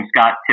Scott